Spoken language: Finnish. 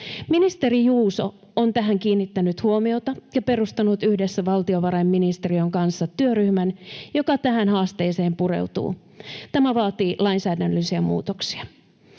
Ministeri Juuso on tähän kiinnittänyt huomiota ja perustanut yhdessä valtiovarainministeriön kanssa työryhmän, joka tähän haasteeseen pureutuu. Tämä vaatii lainsäädännöllisiä muutoksia.